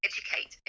Educate